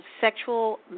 sexual